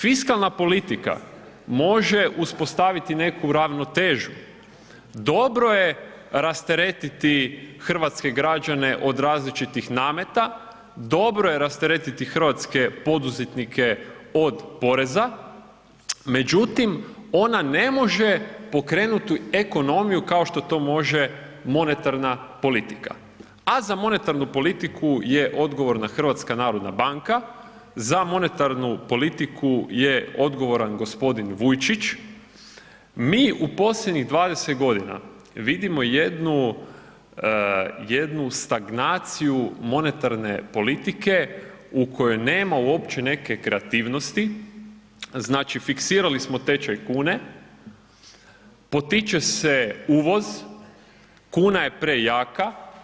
Fiskalna politika može uspostaviti neku ravnotežu, dobro je rasteretiti hrvatske građane od različitih nameta, dobro je rasteretiti hrvatske poduzetnike od poreza, međutim ona ne može pokrenuti ekonomiju kao što to može monetarna politika, a za monetarnu politiku je odgovorna HNB za monetarnu politiku je odgovoran gospodin Vujčić, mi u posljednjih 20 godina vidimo jednu stagnaciju monetarne politike u kojoj nema uopće neke kreativnosti, znači fiksirali smo tečaj kune, potiče se uvoz, kuna je prejaka.